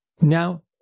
Now